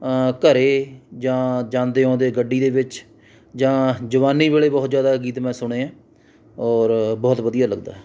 ਘਰ ਜਾਂ ਜਾਂਦੇ ਆਉਂਦੇ ਗੱਡੀ ਦੇ ਵਿੱਚ ਜਾਂ ਜਵਾਨੀ ਵੇਲੇ ਬਹੁਤ ਜ਼ਿਆਦਾ ਗੀਤ ਮੈਂ ਸੁਣੇ ਹੈ ਔਰ ਬਹੁਤ ਵਧੀਆ ਲੱਗਦਾ ਹੈ